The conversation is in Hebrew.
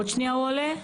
עוד שנייה הוא עולה?